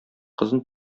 кызын